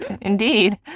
Indeed